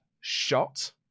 shot